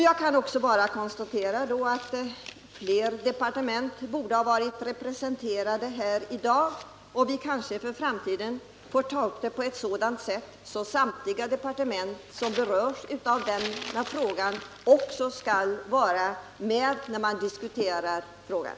Jag kan också konstatera att fler departement borde ha varit representerade här i dag. Vi kanske för framtiden får ta upp den här frågan på ett sådant sätt att samtliga departement som berörs av den också är med när vi diskuterar den.